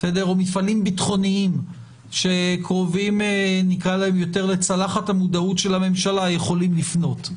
או מפעלים ביטחוניים שקרובים לצלחת של מודעות הממשלה יכולים לפנות.